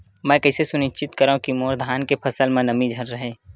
मैं कइसे सुनिश्चित करव कि मोर धान के फसल म नमी झन रहे?